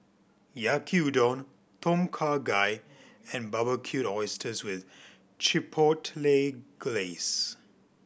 Yaki Udon Tom Kha Gai and Barbecued Oysters with Chipotle Glaze